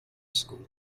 school